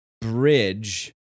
bridge